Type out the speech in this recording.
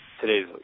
today's